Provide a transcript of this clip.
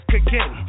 again